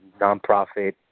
nonprofit